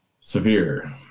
Severe